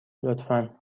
لطفا